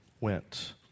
went